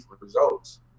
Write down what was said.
results